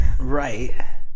Right